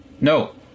No